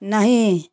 नहीं